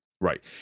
right